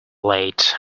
late